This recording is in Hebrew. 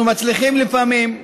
אנחנו מצליחים לפעמים,